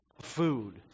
food